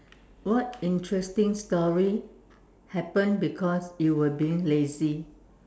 what interesting story happened because you were being lazy